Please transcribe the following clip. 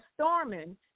storming